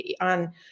on